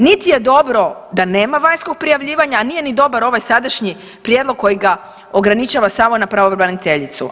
Niti je dobro da nema vanjskog prijavljivanja, a nije ni dobar ovaj sadašnji prijedlog koji ga ograničava samo na pravobraniteljicu.